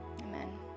Amen